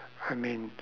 I mean